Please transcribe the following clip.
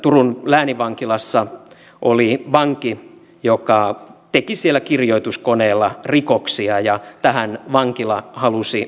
turun lääninvankilassa oli vanki joka teki siellä kirjoituskoneella rikoksia ja tähän vankila halusi puuttua